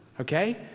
okay